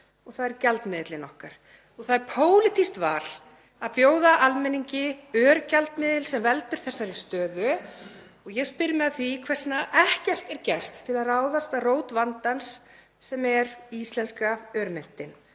og það er gjaldmiðillinn okkar. Það er pólitískt val að bjóða almenningi örgjaldmiðil sem veldur þessari stöðu. Ég spyr mig að því hvers vegna ekkert er gert til að ráðast að rót vandans sem er íslenska örmyntin